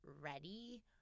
ready